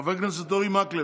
חבר הכנסת אורי מקלב.